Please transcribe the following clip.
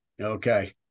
Okay